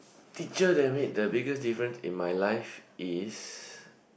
teacher that made the biggest difference in my life is